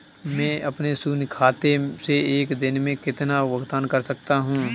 मैं अपने शून्य खाते से एक दिन में कितना भुगतान कर सकता हूँ?